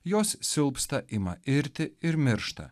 jos silpsta ima irti ir miršta